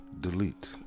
Delete